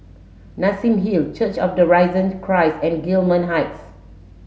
Nassim Hill Church of the Risen Christ and Gillman Heights